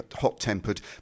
hot-tempered